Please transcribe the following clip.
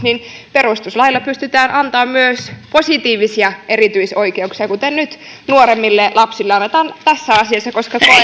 perustuslailla pystytään antamaan myös positiivisia erityisoikeuksia kuten nyt nuoremmille lapsille annetaan tässä asiassa koska koetaan